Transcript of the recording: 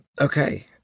Okay